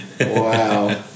Wow